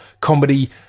comedy